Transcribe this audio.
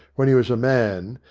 when he was a man,